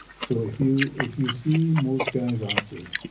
so if you if you see most guys out there